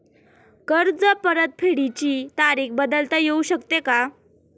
कर्ज परतफेडीची तारीख बदलता येऊ शकते का?